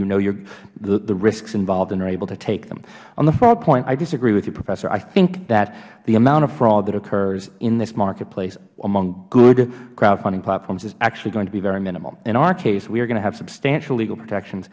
you know yourh the risks involved and are able to take them on the fraud point i disagree with you professor i think that the amount of fraud that occurs in this marketplace among good crowdfunding platforms is actually going to be very minimal in our case we are going to have substantial legal protections